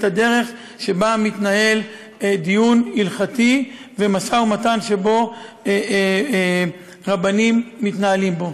את הדרך שבה מתנהל דיון הלכתי ומשא-ומתן שרבנים מתנהלים בו.